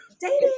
dating